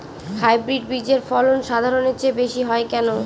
Hybrid বীজের ফলন সাধারণের চেয়ে বেশী হয় কেনো?